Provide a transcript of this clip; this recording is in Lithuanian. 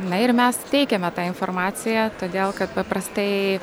na ir mes teikiame tą informaciją todėl kad paprastai